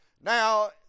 Now